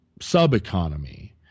sub-economy